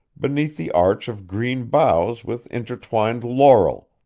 beneath the arch of green boughs with intertwined laurel,